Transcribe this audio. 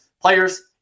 players